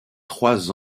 trois